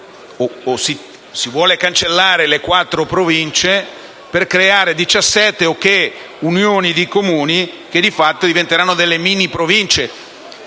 si vogliono cancellare le quattro Province per creare 17 Unioni di Comuni che di fatto diventeranno delle mini Province.